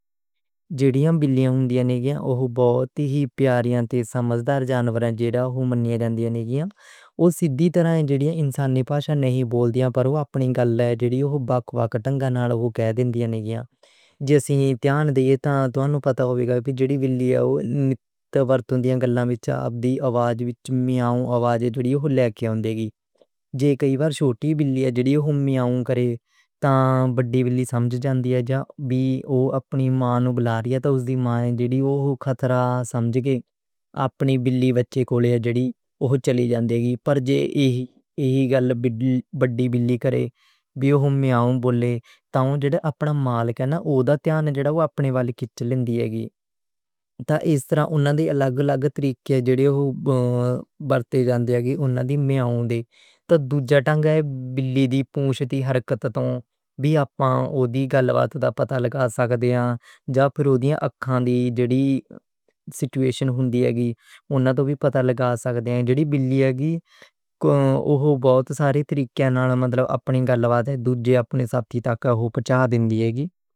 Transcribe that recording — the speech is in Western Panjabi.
جِنیاں بلیاں ہوندیاں نے گیاں، او بہتی ہی پیاریاں تے سمجھدار جانوراں جیہڑیاں منیاں جاندیاں نے گیاں۔ او سیدھی ترائیں جِنیاں انساناں نوں پاشا نہیں بولدیاں، پر او اپنی گلاں جیہڑیاں، او بھکوا کٹیاں نال ہی کہہ دیندیاں نے گیاں۔ جیویں دھیان دیتا تے نوں پتہ ہوئے گا او جیڑی بلی ہے او نیت ورت ہوندا گلا وچ میاؤں آواز جیہڑی او لے کے آؤندی۔ جے کئی وار چھوٹی بلی جیہڑی او میاؤں کرے تاں وڈی بلی سمجھ جاندی ہے کہ او اپنی ماں نوں بلا رہی ہے تاں او اُس دی ماں ہے جیہڑی او خطرہ سمجھ کے اپنی بلی بچے نوں لے کے چلی جاندی ہے۔ پر ایہی گل وڈی بلی کرے تے او میاؤں بولے تاں او اپنا مُل کے جِنّا اپنا دھیان جِنّا اپنی وال کھچ لے لَین دی ہے گی۔ تاں اس طرح اوہناں نے الگ الگ طریقے جیہڑے او برتے جاندے ہے گی۔ تاں دوجھا ڈھنگ ہے بلی دی پُچھ دی حرکت توں جی او دی گل واتّی پتہ لا سکدو۔ جا پھر او دیاں اکھاں دا جیہڑا سٹیوَنسن ہوندی ہے گی اوہناں توں وی پتہ لا سکدو۔ جیڑی بلی ہے گی او بہوت سارے طریقیاں نال مطلب اپنی گل وادیے اپنے ساتھی نوں وی بچا دی ہے گی۔